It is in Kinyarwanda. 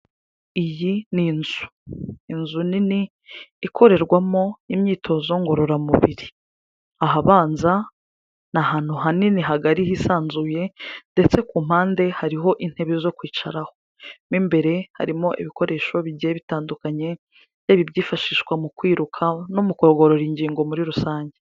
Iyi ni inzu. Inzu nini ikorerwamo imyitozo ngororamubiri. Ahabanza ni ahantu hanini hagari, hisanzuye ndetse ku mpande hariho intebe zo kwicaraho. Mo imbere harimo ibikoresho bigiye bitandukanye byifashishwa mu kwiruka no kugorora ingingo muri rusange.